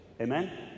Amen